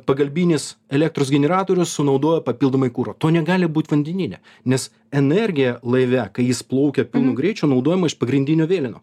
pagalbinis elektros generatorius sunaudojo papildomai kuro to negali būt vandenyne nes energija laive kai jis plaukia pilnu greičiu naudojama iš pagrindinio vėleno